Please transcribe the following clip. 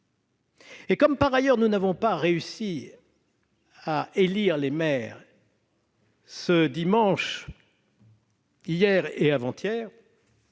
Comme, par ailleurs, nous n'avons pas réussi à élire les maires, ce dimanche, hier et avant-hier,